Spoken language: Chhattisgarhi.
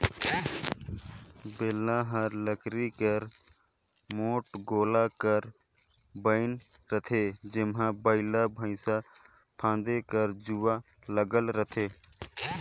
बेलना हर लकरी कर मोट गोला कर बइन रहथे जेम्हा बइला भइसा फादे कर जुवा लगल रहथे